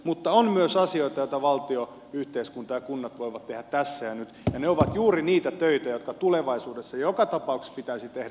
mutta on myös asioita joita valtio yhteiskunta ja kunnat voivat tehdä tässä ja nyt ja ne ovat juuri niitä töitä jotka tulevaisuudessa joka tapauksessa pitäisi tehdä